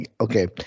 okay